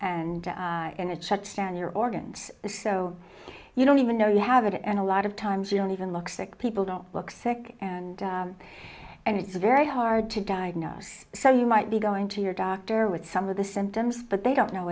tissue and in a chuch stand your organs the so you don't even know you have it and a lot of times you don't even look sick people don't look sick and and it's very hard to diagnose so you might be going to your doctor with some of the symptoms but they don't know